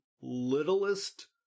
littlest